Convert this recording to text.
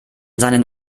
seinen